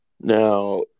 Now